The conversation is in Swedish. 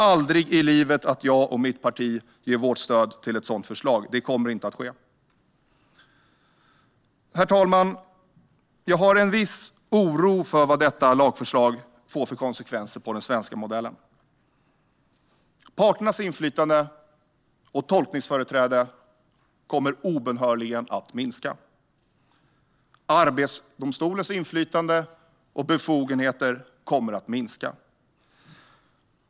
Aldrig i livet att jag och mitt parti ger vårt stöd till ett sådant förslag! Det kommer inte att ske. Herr talman! Jag känner en viss oro för vad detta lagförslag får för konsekvenser för den svenska modellen. Parternas inflytande och tolkningsföreträde kommer obönhörligen att minska. Arbetsdomstolens inflytande och befogenheter kommer att minska.